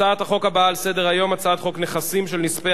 הצעת החוק הבאה על סדר-היום: הצעת חוק נכסים של נספי